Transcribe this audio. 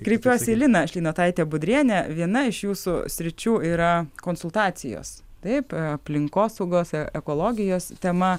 kreipiuosi į lina šleinotaitę budrienę viena iš jūsų sričių yra konsultacijos taip aplinkosaugos ekologijos tema